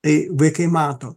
tai vaikai mato